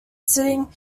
sitting